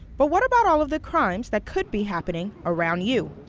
but what about all of the crimes that could be happening around you?